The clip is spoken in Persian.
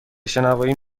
شنوایی